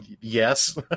Yes